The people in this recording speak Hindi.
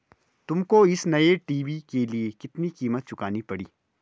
तुमको इस नए टी.वी के लिए कितनी कीमत चुकानी पड़ी?